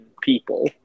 people